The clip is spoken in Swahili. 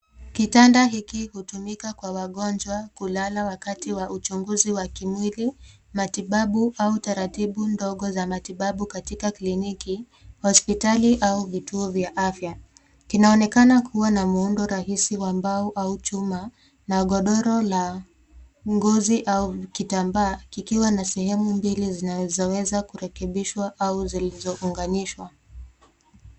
Kitanda hiki hutumika kwa wagonjwa kulala wakati wa uchunguzi wa kimwili, matibabu au taratibu ndogo za matibabu katika kliniki, hospitali au vituo vya afya. Kinaonekana kuwa na muundo rahisi wa mbao au chuma na godoro la ngozi au kitambaa kikiwa na sehemu mbili zinazoweza kurekebishwa au zilizounganishwa.